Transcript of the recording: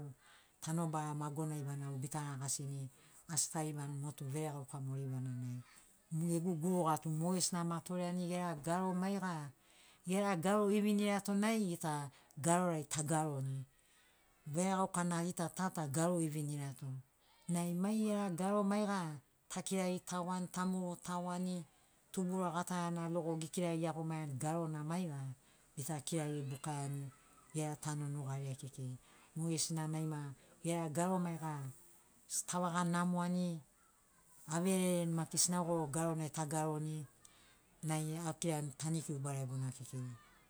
Tanobara magonai varau bita ragasini asi taribani motu veregaukana mo ribana nai mo gegu guruga tu mogesina ama toreani gera garo maiga gera garo evinirato nai gita garorai tagaroni veregaukana gita ta ta na garo evinirato nai mai gera garo maiga takiraritagoani tamurutagoani tubura gatarana logo ekirari iagomani garona maiga bita kirari bukaiani gera tanu nugariai kekei mogesina nai ma gera garo maiga tavaga namoani averereni maki sinaugoro garonai tagaroni nai akirani tanikiu baregona kekei